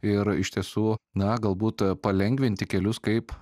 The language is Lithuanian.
ir iš tiesų na galbūt palengvinti kelius kaip